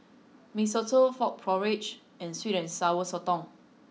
Mee Soto Frog Porridge and sweet and sour sotong